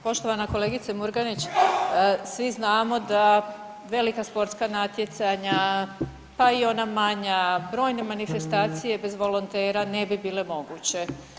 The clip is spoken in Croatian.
Poštovana kolegice Murganić svi znamo da velika sportska natjecanja pa i ona manja, brojne manifestacije bez volontera ne bi bile moguće.